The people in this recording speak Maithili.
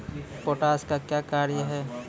पोटास का क्या कार्य हैं?